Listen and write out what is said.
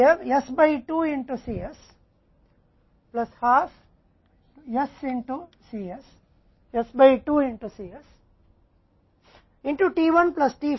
अब ये तीनों भी संबंधित हैं और हमारे बीच संबंध हैं जो कि IM plus s है